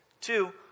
Two